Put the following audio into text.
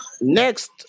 Next